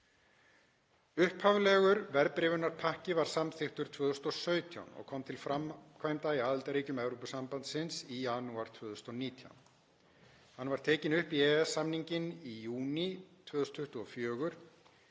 Upphaflegur verðbréfunarpakki var samþykktur 2017 og kom til framkvæmda í aðildarríkjum Evrópusambandsins í janúar 2019. Hann var tekinn upp í EES-samninginn í júní 2024.